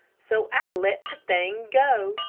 so i let the thing go,